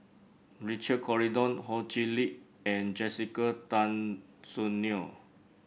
Richard Corridon Ho Chee Lick and Jessica Tan Soon Neo